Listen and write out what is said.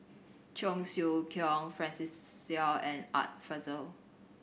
Cheong Siew Keong Francis Seow and Art Fazil